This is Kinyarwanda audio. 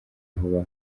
vuba